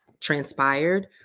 transpired